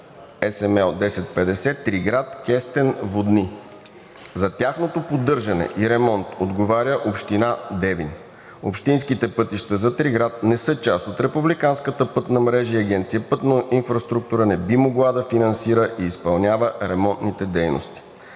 SML 1050/Триград – Кестен – Водни. За тяхното поддържане и ремонт отговаря Община Девин. Общинските пътища за Триград не са част от републиканската пътна мрежа и Агенция „Пътна инфраструктура“ не би могла да финансира и изпълнява ремонтните дейности.